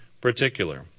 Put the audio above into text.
particular